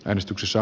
kannatan